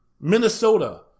Minnesota